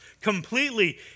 completely